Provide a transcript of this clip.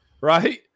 right